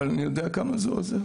אבל אני יודע כמה זה עוזר